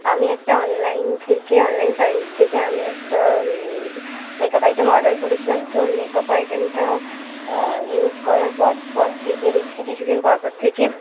আমি একটা অনলাইন থেকে অনলাইন সার্ভিস থেকে আমি একটা মেকআপ আইটেম অর্ডার করেছিলাম তো ওই মেকআপ আইটেমটা ইউস করার পর পর থেকে দেখছি কিছু দিন পর পর থেকে